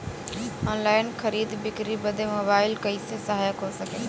Online खरीद बिक्री बदे मोबाइल कइसे सहायक हो सकेला?